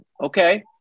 Okay